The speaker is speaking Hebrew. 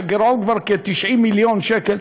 ששם הגירעון הוא כבר כ-90 מיליון שקל.